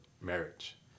marriage